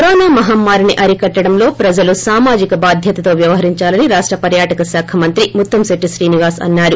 corona మహమ్మారిని అరికట్లడంలో ప్రజలు సామాజిక బాధ్యతతో వ్యవహరించాలని రాష్ట పర్యాటక శాఖ మంత్రి ముత్తంశెట్టి శ్రీనివాస్ అన్నారు